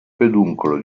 peduncolo